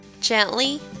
Gently